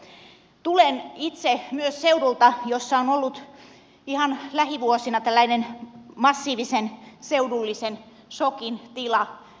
tulen itse myös seudulta jossa on ollut ihan lähivuosina tällainen massiivisen seudullisen sokin tila